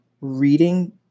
reading